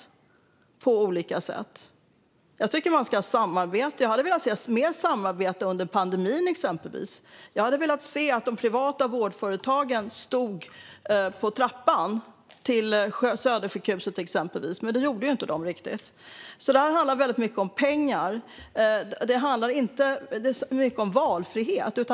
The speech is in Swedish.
Jag tycker att man ska ha samarbeten och hade velat se mer av samarbete under exempelvis pandemin. Jag hade velat se de privata vårdföretagen stå på trappan till Södersjukhuset, men det gjorde de inte riktigt. Det handlar alltså väldigt mycket om pengar och inte så mycket om valfrihet.